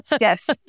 Yes